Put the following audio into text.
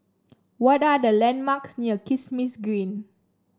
what are the landmarks near Kismis Green